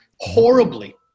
horribly